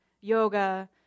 yoga